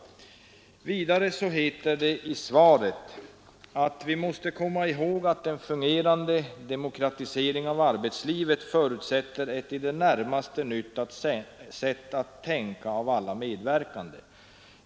Vidare heter det i svaret: ”Vi måste komma ihåg att en fungerade demokratisering av arbetslivet förutsätter ett i det närmaste nytt sätt att tänka av alla medverkande.